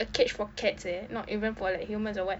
a cage for cats eh not even for like humans or what